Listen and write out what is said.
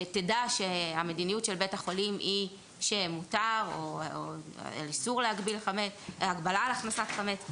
תדע שהמדיניות של בית החולים היא שמותר או אסור או הגבלה על הכנסת חמץ.